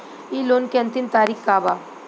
इ लोन के अन्तिम तारीख का बा?